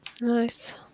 Nice